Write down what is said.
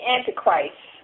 Antichrist